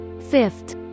fifth